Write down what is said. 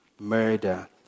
murder